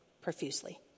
profusely